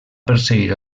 perseguir